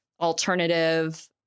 alternative